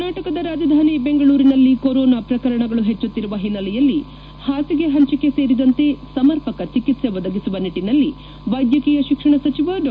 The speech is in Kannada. ಕರ್ನಾಟಕದ ರಾಜಧಾನಿ ಬೆಂಗಳೂರಿನಲ್ಲಿ ಕೊರೋನಾ ಪ್ರಕರಣಗಳು ಹೆಚ್ಚುತ್ತಿರುವ ಹಿನ್ನೆಲೆಯಲ್ಲಿ ಹಾಸಿಗೆ ಹಂಚಿಕೆ ಸೇರಿದಂತೆ ಸಮರ್ಪಕ ಚಿಕಿತ್ಸೆ ಒದಗಿಸುವ ನಿಟ್ಟನಲ್ಲಿ ವೈದ್ಯಕೀಯ ಶಿಕ್ಷಣ ಸಚಿವ ಡಾ